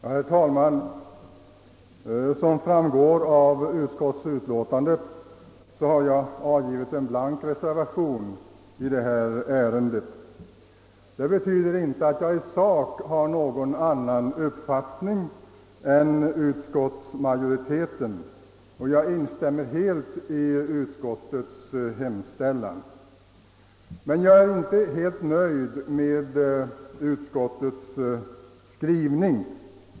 Herr talman! Att jag till detta utskottsutlåtande har fogat en blank reservation betyder inte att jag i sak har någon annan uppfattning än utskottsmajoriteten, och jag instämmer helt i utskottets hemställan. Jag är emellertid inte alldeles nöjd med utskottets skrivning.